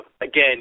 Again